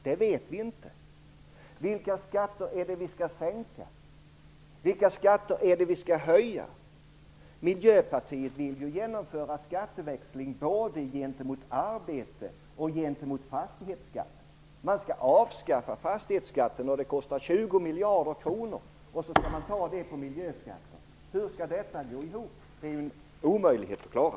Det vet vi inte. Vilka skatter är det som vi skall sänka och vilka skall vi höja? Miljöpartiet vill genomföra skatteväxling både gentemot arbete och gentemot fastighetsskatt. Man skall avskaffa fastighetsskatten. Det kostar 20 miljarder kronor, och det skall tas på miljöskatter. Hur skall det gå ihop? Det är en omöjlighet att klara.